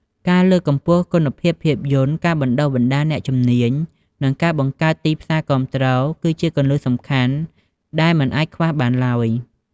ការលើកកម្ពស់គុណភាពភាពយន្ត ការបណ្ដុះបណ្ដាលអ្នកជំនាញ និងការបង្កើតទីផ្សារគាំទ្រ គឺជាគន្លឹះសំខាន់ដែលមិនអាចខ្វះបានឡើយ។